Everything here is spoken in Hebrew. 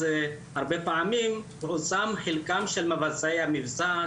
אז הרבה פעמים פורסם חלקם של מבצע המבצע,